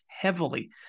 heavily